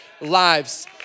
lives